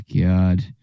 God